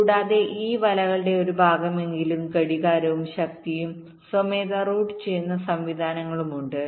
കൂടാതെ ഈ വലകളുടെ ഒരു ഭാഗമെങ്കിലും ഘടികാരവും ശക്തിയും സ്വമേധയാ റൂട്ട് ചെയ്യുന്ന സംവിധാനങ്ങളുണ്ട്